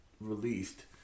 released